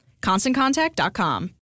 ConstantContact.com